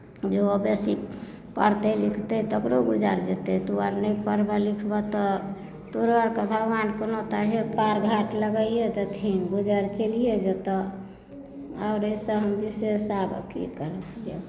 जेहो बेसी पढ़तै लिखतै तकरो गुजर जेतै तू आओर नहि पढ़बह लिखबह तऽ तोरो आओरकेँ भगवान कोनो तरहे पार घाट लगाइए देथिन गुजर चलिए जेतह आओर एहिसँ हम विशेष आब की करब